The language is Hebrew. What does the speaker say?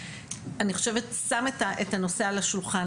אני חושבת שם את הנושא על השולחן,